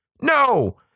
No